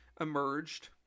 emerged